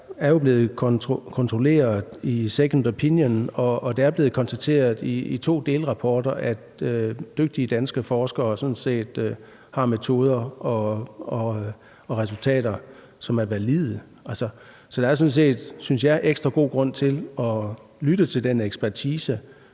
er blevet kontrolleret med en second opinion, og det er blevet konstateret i to delrapporter, at dygtige danske forskere sådan set har metoder og resultater, som er valide. Så der er sådan set, synes jeg, ekstra god grund til at lytte til den ekspertise,